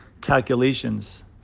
calculations